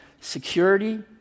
security